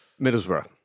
Middlesbrough